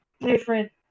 different